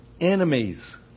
enemies